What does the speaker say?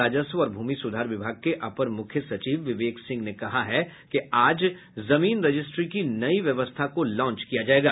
राजस्व और भूमि सुधार विभाग के अपर मुख्य सचिव विवेक सिंह ने कहा है कि आज जमीन रजिस्ट्री की नई व्यवस्था को लान्च किया जायेगा